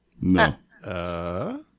No